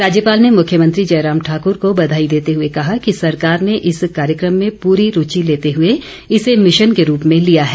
राज्यपाल ने मुख्यमंत्री जयराम ठाकुर को बधाई देते हुए कहा कि सरकार ने इस कार्यक्रम में पूरी रूचि लेते हुए इसे मिशन के रूप में लिया है